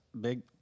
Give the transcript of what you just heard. big